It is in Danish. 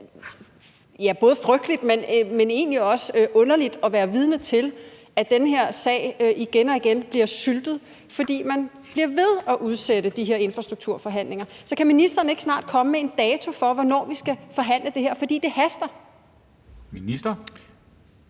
både frygteligt, men egentlig også en lille smule underligt at være vidne til, at den her sag igen og igen bliver syltet, fordi man bliver ved at udsætte de her infrastrukturforhandlinger. Kan ministeren ikke snart komme med en dato for, hvornår vi skal forhandle det her? For det haster. Kl.